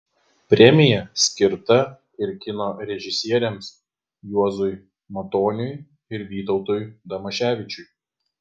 premija skirta ir kino režisieriams juozui matoniui ir vytautui damaševičiui